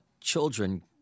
children